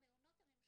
במעונות הממשלתיים.